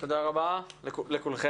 תודה רבה לכולכן.